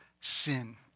sin